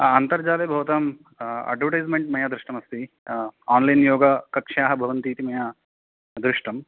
अन्तर्जाले भवताम् अड्वर्टैज़्मेण्ट् मया दृष्टमस्ति आन्लैन् योगकक्षाः भवन्ति इति मया दृष्टम्